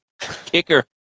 Kicker